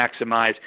maximize